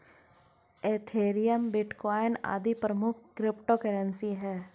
Ethereum, bitcoin आदि कुछ प्रमुख क्रिप्टो करेंसी है